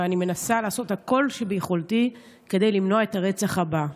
ואני מנסה לעשות כל שביכולתי כדי למנוע את הרצח הבא.